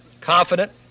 confident